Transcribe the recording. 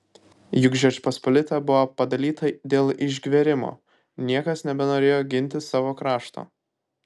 juk žečpospolita buvo padalyta dėl išgverimo niekas nebenorėjo ginti savo krašto